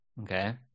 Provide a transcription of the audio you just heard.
okay